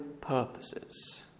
purposes